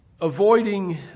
avoiding